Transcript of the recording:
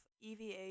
EVA